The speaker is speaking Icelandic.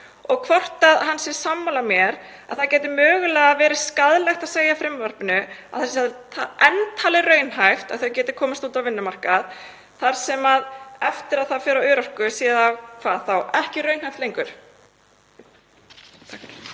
og hvort hann sé sammála mér um að það gæti mögulega verið skaðlegt að segja í frumvarpinu að það sé enn talið raunhæft að þau geti komist út á vinnumarkað þar sem eftir að þau fara á örorku sé það — hvað þá? Ekki raunhæft lengur?